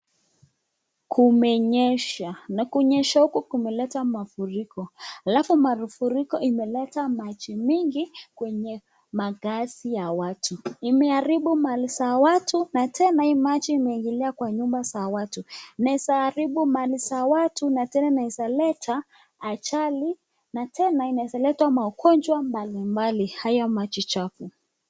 Kumenyesha na kunyesha huku kumeleta mafuriko. Halafu mafuriko imeleta maji nyingi, kwenye makaazi ya watu. Imeharibu mali za watu na tena hii maji imeingilia kwa nyumba za watu. Inaeza haribu mali za watu na tena, inaeza leta ajali na tena inaeza leta maugonjwa mbalimbali, hayo maji chafu.